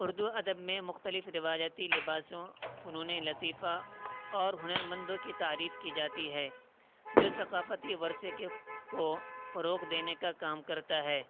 اردو ادب میں مختلف روایتی لباسوں فنون لطیفہ اور ہنر مندوں کی تعریف کی جاتی ہے جو ثقافتی ورثے کے کو فروغ دینے کا کام کرتا ہے